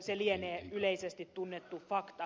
se lienee yleisesti tunnettu fakta